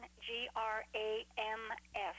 G-R-A-M-F